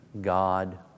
God